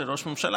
של ראש הממשלה,